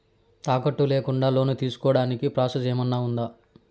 తాకట్టు లేకుండా లోను తీసుకోడానికి ప్రాసెస్ ఏమన్నా ఉందా?